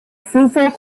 fruitful